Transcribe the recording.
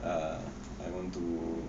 err I want to